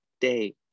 day